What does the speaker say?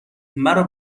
مرا